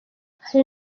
hari